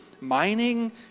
mining